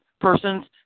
person's